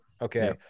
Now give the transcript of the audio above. Okay